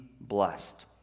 blessed